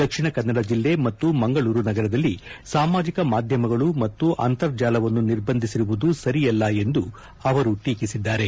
ದಕ್ಷಿಣ ಕನ್ನಡ ಜಿಲ್ಲೆ ಮತ್ತು ಮಂಗಳೂರು ನಗರದಲ್ಲಿ ಸಾಮಾಜಕ ಮಾಧ್ಯಮಗಳು ಮತ್ತು ಅಂತರ್ಜಾಲವನ್ನು ನಿರ್ಬಂಧಿಸಿರುವುದು ಸರಿಯಲ್ಲ ಎಂದು ಅವರು ಟೀಕಿಸಿದ್ದಾರೆ